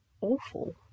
awful